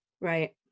Right